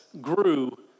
grew